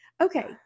okay